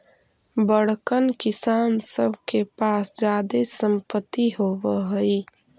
बड़कन किसान सब के पास जादे सम्पत्ति होवऽ हई